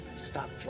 Stop